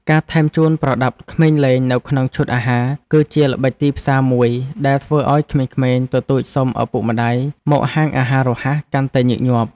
ការថែមជូនប្រដាប់ក្មេងលេងនៅក្នុងឈុតអាហារ គឺជាល្បិចទីផ្សារមួយដែលធ្វើឲ្យក្មេងៗទទូចសុំឪពុកម្តាយមកហាងអាហាររហ័សកាន់តែញឹកញាប់។